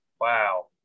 wow